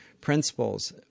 principles